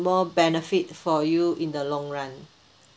more benefit for you in the long run